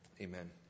Amen